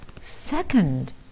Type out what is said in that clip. second